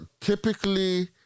typically